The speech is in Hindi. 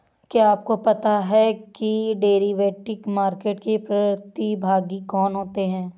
क्या आपको पता है कि डेरिवेटिव मार्केट के प्रतिभागी कौन होते हैं?